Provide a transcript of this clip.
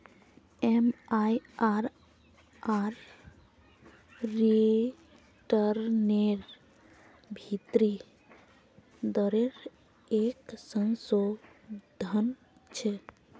MIRR रिटर्नेर भीतरी दरेर एक संशोधन छे